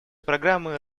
программы